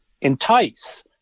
entice